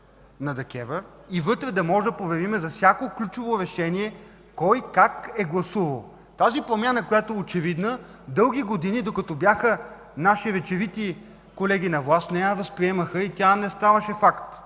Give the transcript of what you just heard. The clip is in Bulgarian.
и вътре да можем да проверим за всяко ключово решение – кой, как е гласувал. Тази промяна, която е очевидна, дълги години, докато бяха наши речовити колеги на власт, не я възприемаха и тя не ставаше факт,